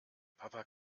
papa